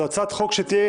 זה יהיה,